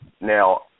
Now